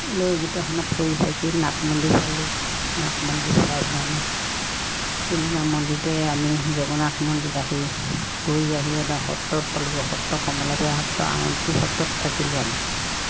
লৈ গোটেইখনত ফুৰি চাকি নাগ মন্দিৰ চালোঁ নাগ মন্দিৰ চাই পেলাইনি আমি টিলিঙা মন্দিৰতে আমি জগন্নাথ মন্দিৰত আহি গৈ আহি একদম সত্ৰত পালোঁগৈ সত্ৰ কমলাবাৰী সত্ৰ আউনী আটী সত্ৰত থাকিলোঁ আমি